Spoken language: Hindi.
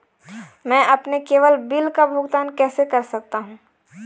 मैं अपने केवल बिल का भुगतान कैसे कर सकता हूँ?